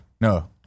No